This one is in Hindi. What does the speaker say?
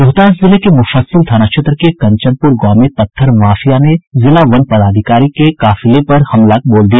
रोहतास जिले के मुफस्सिल थाना क्षेत्र के कंचनपुर गांव में पत्थर माफिया ने जिला वन पदाधिकारी पर हमला बोल दिया